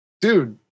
dude